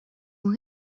ont